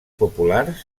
populars